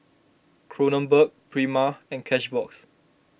Kronenbourg Prima and Cashbox